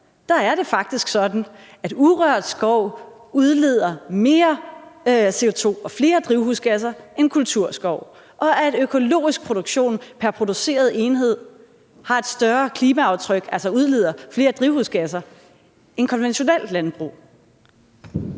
er det faktisk sådan, at urørt skov udleder mere CO2 og flere drivhusgasser end kulturskov, og at økologisk produktion pr. produceret enhed har et større klimaaftryk, altså udleder flere drivhusgasser, end konventionelt landbrug.